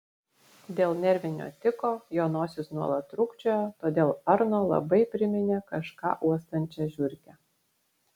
dėl nervinio tiko jo nosis nuolat trūkčiojo todėl arno labai priminė kažką uostančią žiurkę